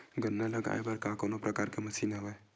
गन्ना लगाये बर का कोनो प्रकार के मशीन हवय?